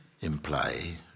imply